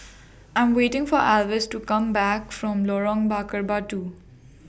I Am waiting For Alvis to Come Back from Lorong Bakar Batu